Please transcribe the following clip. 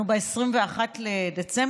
אנחנו ב-21 בדצמבר.